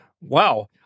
wow